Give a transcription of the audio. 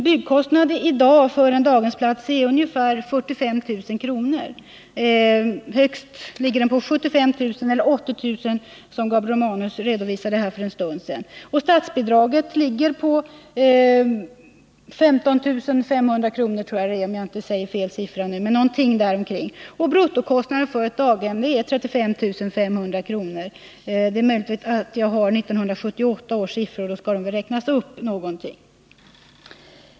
Byggkostnaden i dag för en daghemsplats är ungefär 45 000 kr. ; den är högst 75 000 eller 80 000 kr., som Gabriel Romanus redovisade här för en stund sedan. Statsbidraget är omkring 15 500 kr. Bruttokostnaden för ett daghem är 35 500 kr. Det är möjligt att jag har 1978 års siffror, och då skall de väl räknas upp något.